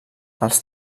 els